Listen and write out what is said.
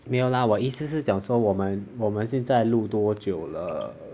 没有啦我的意思是讲说我们我们现在录多久了